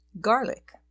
Garlic